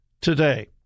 today